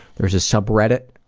there's a subreddit